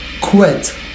quit